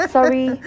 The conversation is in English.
Sorry